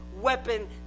weapon